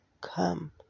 come